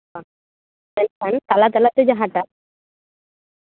ᱚᱱᱟ ᱛᱟᱞᱟ ᱛᱟᱞᱟᱛᱮ ᱡᱟᱦᱟᱸᱴᱟᱜ